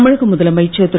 தமிழக முதலமைச்சர்திரு